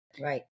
Right